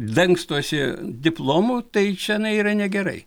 dangstosi diplomu tai čia yra negerai